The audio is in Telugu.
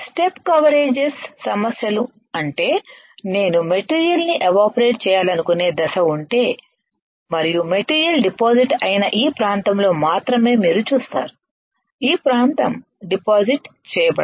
స్టెప్ కవరేజెస్ సమస్యలు అంటే నేను మెటీరియల్ ని ఎవాపరేట్ చేయాలనుకునే దశ ఉంటే మరియు మెటీరియల్ డిపాజిట్ అయిన ఈ ప్రాంతంలో మాత్రమే మీరు చూస్తారు ఈ ప్రాంతం డిపాజిట్ చేయబడదు